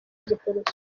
giporoso